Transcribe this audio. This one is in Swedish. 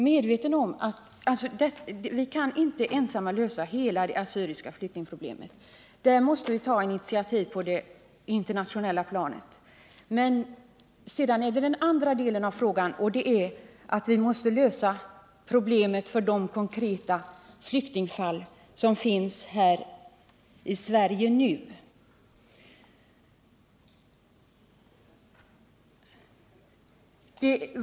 Herr talman! Vi kan inte ensamma lösa hela det assyriska flyktingproblemet. Där måste vi ta initiativ på det internationella planet. Men den andra delen av frågan gäller det konkreta problemet för de flyktingar som finns här i Sverige nu.